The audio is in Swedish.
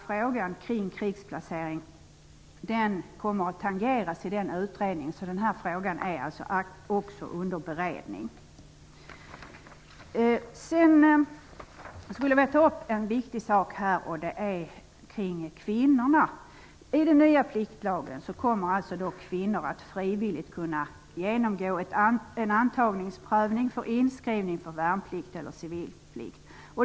Frågan om krigsplacering kommer att tangeras i utredningen, så den frågan är också under beredning. Jag vill ta upp en viktig fråga om kvinnorna. I den nya pliktlagen kommer kvinnor att frivilligt kunna genomgå en antagningsprövning för inskrivning för värnplikt eller civilplikt.